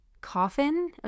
coffin